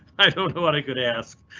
i don't know what i could ask.